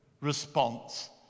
response